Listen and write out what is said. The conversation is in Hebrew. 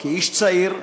כאיש צעיר,